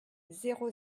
zéro